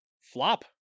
flop